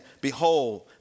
behold